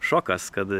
šokas kad